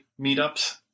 meetups